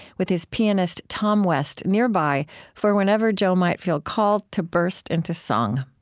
with his pianist tom west nearby for whenever joe might feel called to burst into song